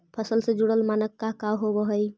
फसल से जुड़ल मानक का का होव हइ?